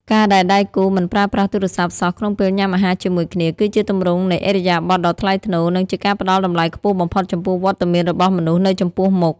ការដែលដៃគូមិនប្រើប្រាស់ទូរស័ព្ទសោះក្នុងពេលញ៉ាំអាហារជាមួយគ្នា គឺជាទម្រង់នៃឥរិយាបថដ៏ថ្លៃថ្នូរ និងជាការផ្ដល់តម្លៃខ្ពស់បំផុតចំពោះវត្តមានរបស់មនុស្សនៅចំពោះមុខ។